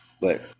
But-